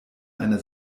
einer